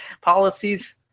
policies